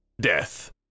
death